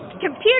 Computer